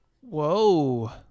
Whoa